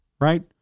right